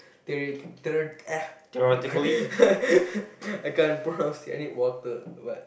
I can't pronounce I need water but